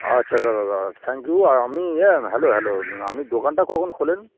আচ্ছা দাদা দাদা থ্যাংক ইউ আর আমি ইয়ে হ্যালো হ্যালো আপনি দোাকানটা কখন খোলেন